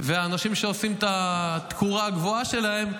ולאנשים שעושים את התקורה הגבוהה שלהם,